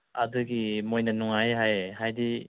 ꯑꯗꯨꯒꯤ ꯃꯣꯏꯅ ꯅꯨꯡꯉꯥꯏ ꯍꯥꯏꯌꯦ ꯍꯥꯏꯗꯤ